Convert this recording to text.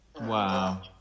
Wow